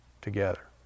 together